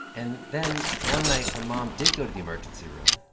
and then one night, her mom did go to the emergency room.